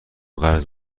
قرض